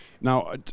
Now